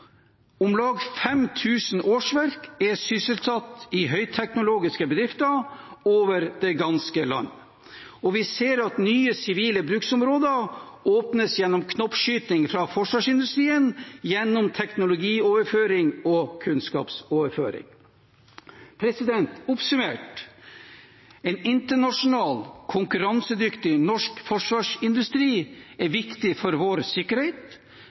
Om lag 5 000 årsverk er sysselsatt i høyteknologiske bedrifter over det ganske land, og vi ser at nye sivile bruksområder åpnes gjennom knoppskyting fra forsvarsindustrien og gjennom teknologioverføring og kunnskapsoverføring. Oppsummert: En internasjonalt konkurransedyktig norsk forsvarsindustri er viktig for vår sikkerhet,